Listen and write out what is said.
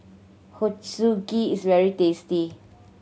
ochazuke is very tasty